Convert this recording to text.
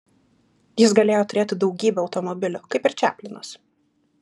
jis galėjo turėti daugybę automobilių kaip ir čaplinas